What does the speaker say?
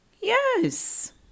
Yes